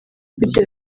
bitewe